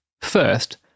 First